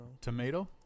Tomato